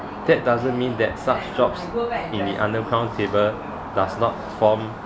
that doesn't mean that such jobs in the underground table does not form